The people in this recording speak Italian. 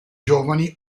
giovani